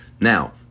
Now